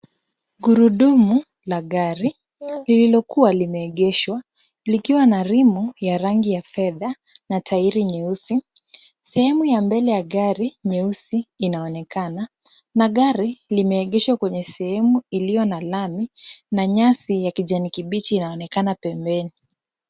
Gurudumu la gari lililokuwa limeegeshwa likiwa na rimu ya rangi ya fedha na tairi nyeusi. Sehemu ya mbele ya gari nyeusi inaonekana na gari limeegeshwa kwenye sehemu iliyo na lami na nyasi ya kijani kibichi inaonekana pembeni.